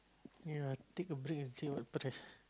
ya take a break and see what